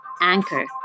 Anchor